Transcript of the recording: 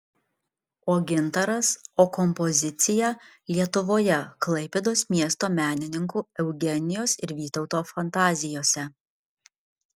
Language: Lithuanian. o gintaras o kompozicija lietuvoje klaipėdos miesto menininkų eugenijos ir vytauto fantazijose